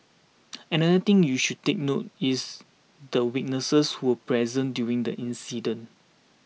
another thing you should take note is the witnesses who were present during the incident